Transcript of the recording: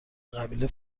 قبیله